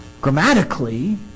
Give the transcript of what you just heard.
grammatically